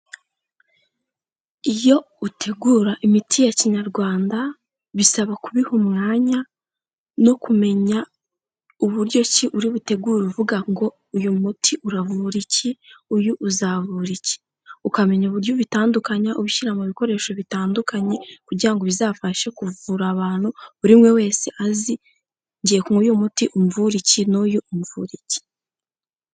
Iyo utegura imiti ya kinyarwanda, bisaba kubiha umwanya no kumenya uburyo ki uri butegurare uvuga ngo uyu muti uravuri iki uyu uzavura iki, ukamenya uburyo bitandukanya ubishyira mu bikoresho bitandukanye kugira ngo bizafashe kuvura abantu, buriwe wese azi ngiye kunywa uyu muti umvura iki n'uyu umvure iki.